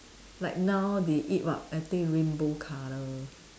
like now they eat what I think rainbow colour